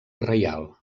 reial